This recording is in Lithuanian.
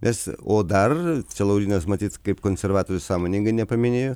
nes o dar laurynas matyt kaip konservatorius sąmoningai nepaminėjo